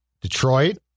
Detroit